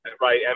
right